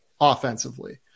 offensively